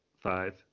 five